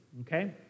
okay